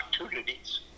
opportunities